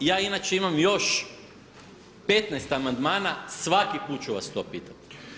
I ja inače imam još 15 amandmana, svaki put ću vas to pitati.